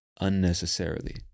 unnecessarily